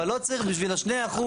אבל לא צריך בשביל ה-2%.